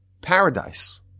paradise